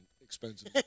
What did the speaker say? expensive